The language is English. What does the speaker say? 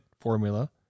formula